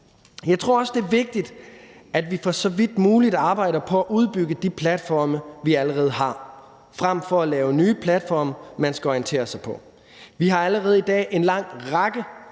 Jeg tror også, det er vigtigt, at vi så vidt muligt arbejder på at udbygge de platforme, vi allerede har, frem for at lave nye platforme, man skal orientere sig på. Vi har allerede i dag en lang række